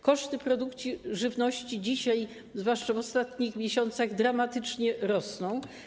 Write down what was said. Koszty produkcji żywności dzisiaj, zwłaszcza w ostatnich miesiącach, dramatycznie rosną.